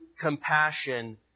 compassion